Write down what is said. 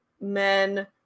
men